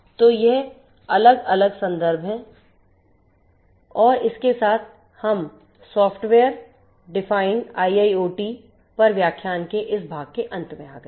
तो ये अलग अलग संदर्भ हैं और इसके साथ हम सॉफ्टवेयर डिफाइंड IIoT पर व्याख्यान के इस भाग के अंत में आ गए हैं